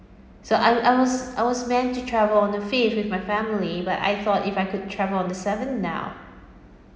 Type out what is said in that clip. so I I was I was meant to travel on the fifth with my family but I thought if I could travel on the seventh now